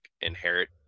inherit